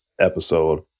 episode